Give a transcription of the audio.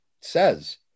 says